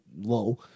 low